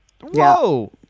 Whoa